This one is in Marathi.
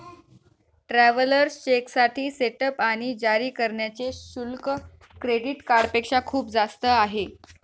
ट्रॅव्हलर्स चेकसाठी सेटअप आणि जारी करण्याचे शुल्क क्रेडिट कार्डपेक्षा खूप जास्त आहे